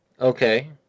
Okay